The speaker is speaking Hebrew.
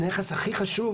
הנכס הכי חשוב,